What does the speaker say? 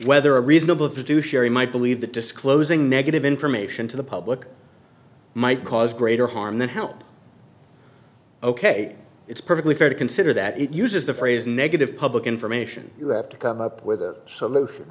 whether a reasonable view to sherry might believe that disclosing negative information to the public might cause greater harm than help ok it's perfectly fair to consider that it uses the phrase negative public information you have to come up with a solution